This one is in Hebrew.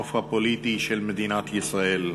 מהנוף הפוליטי של מדינת ישראל.